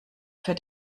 für